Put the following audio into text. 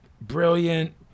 Brilliant